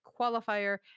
qualifier